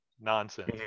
nonsense